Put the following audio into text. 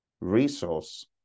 resource